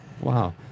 Wow